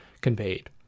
conveyed